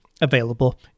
available